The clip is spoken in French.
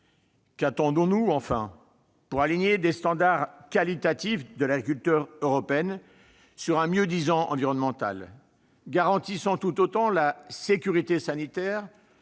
Qu'attendons-nous, enfin, pour aligner les standards qualitatifs de l'agriculture européenne sur un mieux-disant environnemental, garantissant tout autant la sécurité sanitaire,